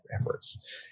efforts